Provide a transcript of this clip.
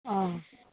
অঁ